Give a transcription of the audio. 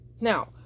Now